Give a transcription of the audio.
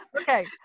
Okay